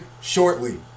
shortly